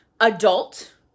adult